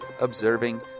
observing